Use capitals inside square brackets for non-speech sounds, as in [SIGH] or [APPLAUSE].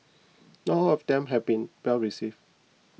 [NOISE] not all of them have been well receive